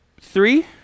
three